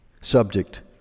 subject